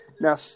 Now